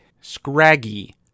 scraggy